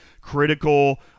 critical